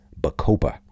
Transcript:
bacopa